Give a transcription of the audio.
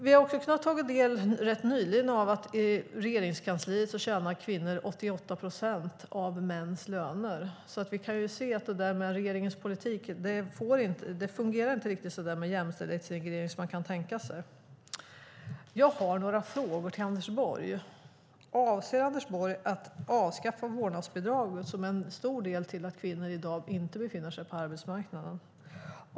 Vi har också rätt nyligen kunnat ta del av att i Regeringskansliet tjänar kvinnor 88 procent av mäns löner. Vi kan se att detta med regeringens politik med jämställdhetsreglering inte fungerar som man kan tänka sig. Jag har några frågor till Anders Borg. Avser Anders Borg att avskaffa vårdnadsbidraget, som har en stor del i att kvinnor i dag inte befinner sig på arbetsmarknaden?